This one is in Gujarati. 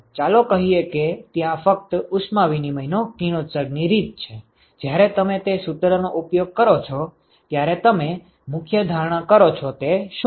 ચાલો કહી શકીએ કે ત્યાં ફક્ત ઉષ્મા વિનિમય નો કિરણોત્સર્ગ ની રીત છે જ્યારે તમે તે સૂત્ર નો ઉપયોગ કરો છો ત્યારે તમે જે મુખ્ય ધારણા કરો છો તે શું છે